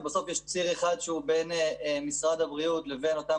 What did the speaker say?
ובסוף יש ציר אחד שהוא בין משרד הבריאות לבין אותם